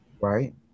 right